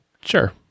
Sure